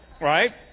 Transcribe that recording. Right